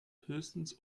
höchstens